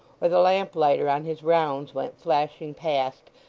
or the lamplighter on his rounds went flashing past,